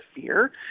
fear